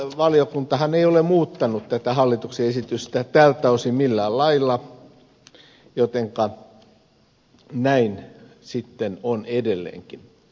valiokuntahan ei ole muuttanut tätä hallituksen esitystä tältä osin millään lailla jotenka näin on sitten edelleenkin